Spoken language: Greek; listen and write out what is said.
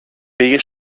πήγε